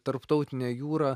tarptautinę jūrą